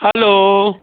hello